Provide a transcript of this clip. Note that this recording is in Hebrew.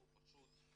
פשוט,